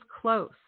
close